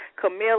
Camille